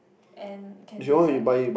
and can decide if